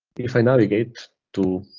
if i navigate to